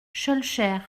schœlcher